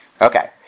Okay